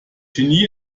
genie